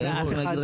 ואתה תגיד,